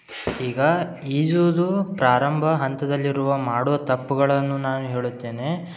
ಈಗ ಈಜುವುದು ಪ್ರಾರಂಭ ಹಂತದಲ್ಲಿರುವ ಮಾಡುವ ತಪ್ಪುಗಳನ್ನು ನಾನು ಹೇಳುತ್ತೇನೆ